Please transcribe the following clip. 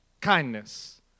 kindness